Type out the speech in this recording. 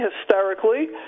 hysterically